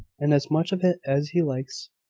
and as much of it as he likes.